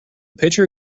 pitcher